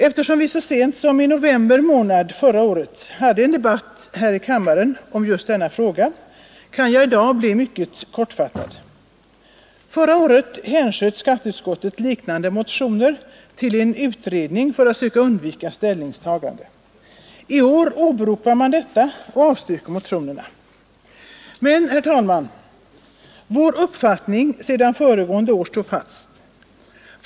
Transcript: Eftersom vi så sent som i november månad förra året hade en debatt här i riksdagen om just denna fråga kan jag i dag fatta mig mycket kort. Förra året hänsköt skatteutskottet liknande motioner till en utredning för att söka undvika ställningstagande. I år åberopar man denna och avstyrker motionerna. Men, herr talman, vår uppfattning sedan före gående år står fast.